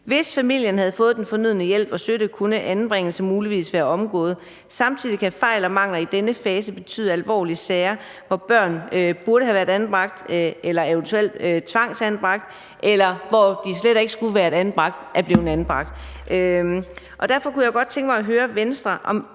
Hvis familien havde fået den fornødne hjælp og støtte, kunne anbringelse muligvis være undgået. Samtidig kan fejl og mangler i denne fase betyde, at alvorlige sager, hvor børn burde have været anbragt, eventuelt tvangsanbragt, ikke bliver det tids nok, fordi problemernes fulde omfang ikke bliver afdækket.« Derfor kunne jeg godt tænke mig at høre, om Venstre